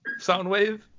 Soundwave